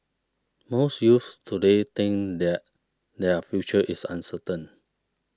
most youths today think that their future is uncertain